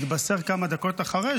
התבשר כמה דקות אחרי,